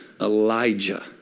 Elijah